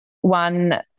one